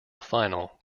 final